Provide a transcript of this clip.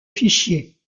fichier